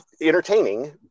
entertaining